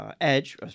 edge